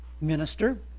minister